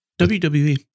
WWE